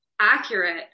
accurate